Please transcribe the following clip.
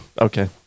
Okay